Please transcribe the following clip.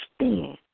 stand